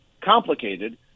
complicated